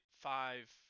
five